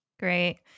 Great